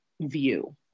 view